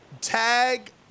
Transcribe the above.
tag